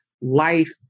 life